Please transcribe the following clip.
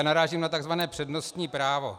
Narážím na tzv. přednostní právo.